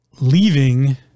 leaving